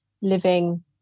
living